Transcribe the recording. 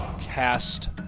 cast